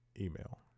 email